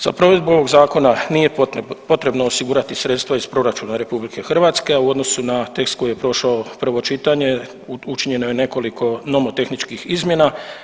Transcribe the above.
Za provedbu ovog zakona nije potrebno osigurati sredstva iz proračuna RH, a u odnosu na tekst koji je prošao prvo čitanje učinjeno je nekoliko nomotehničkih izmjena.